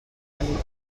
qualitat